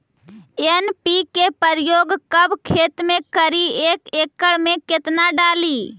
NPK प्रयोग कब खेत मे करि एक एकड़ मे कितना डाली?